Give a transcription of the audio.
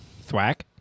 Thwack